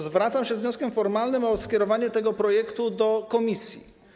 Zwracam się z wnioskiem formalnym o skierowanie tego projektu do komisji.